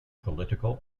political